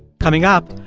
coming up,